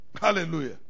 hallelujah